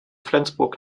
flensburg